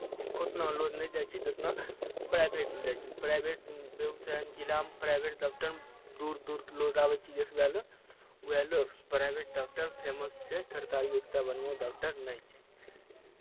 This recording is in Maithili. ओतना लोद नहि दाइ छै जेतना प्राइवेटमे दाइ छै प्राइवेट बेगुसराय जिलामे प्राइवेट डाक्टर दूर दूरसँ लोग आबै छै देखबै लेल उएह लेल प्राइवेट डाक्टर फेमस छै सरतारी ओतेक बढ़िआँ डाक्टर नहि छै